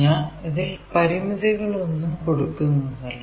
ഞാൻ ഇതിൽ പരിമിതികൾ ഒന്നും കൊടുക്കുന്നതല്ല